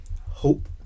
hope